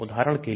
उदाहरण के लिए